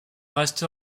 reste